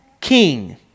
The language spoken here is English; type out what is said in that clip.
king